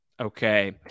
Okay